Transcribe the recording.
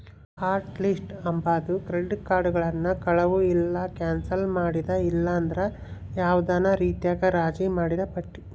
hot list ಅಂಬಾದು credit ಕಾರ್ಡುಗುಳ್ನ ಕಳುವು ಇಲ್ಲ ಕ್ಯಾನ್ಸಲ್ ಮಾಡಿದ ಇಲ್ಲಂದ್ರ ಯಾವ್ದನ ರೀತ್ಯಾಗ ರಾಜಿ ಮಾಡಿದ್ ಪಟ್ಟಿ